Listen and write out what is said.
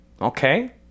Okay